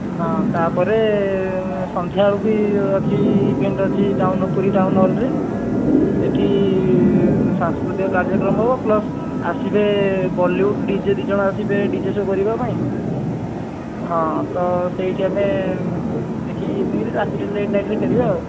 ହଁ ତା'ପରେ ସନ୍ଧ୍ୟା ବେଳକୁ ଇଏ ଅଛି ଇଭେଣ୍ଟ୍ ଅଛି ଟାଉନ୍ ପୁରୀ ଟାଉନ୍ ହଲ୍ରେ ସେଇଠି ସାଂସ୍କୃତିକ କାର୍ଯ୍ୟକ୍ରମ ହେବ ପ୍ଲସ୍ ଆସିବେ ବଲିଉଡ଼ ଡି ଜେ ଦୁଇଜଣ ଆସିବେ ଡି ଜେ ସୋ କରିବା ପାଇଁ ହଁ ତ ସେଇଠି ଆମେ ଦେଖିକି ଇଭନିଂରେ ରାତିରେ ଲେଟ୍ ନାଇଟ୍ରେ ଫେରିବା ଆଉ